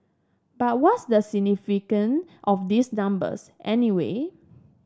but what's the significance of these numbers anyway